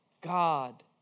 God